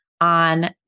on